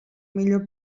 millor